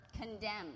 condemned